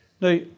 Now